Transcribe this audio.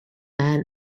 man